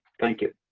thank you.